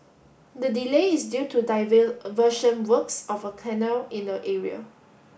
the delay is due to works of a canal in the area